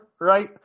right